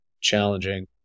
Challenging